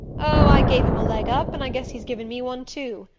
oh i gave him a leg up, and i guess he's given me one too.